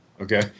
Okay